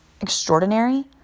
extraordinary